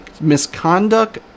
misconduct